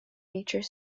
nature